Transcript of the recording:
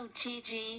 Gigi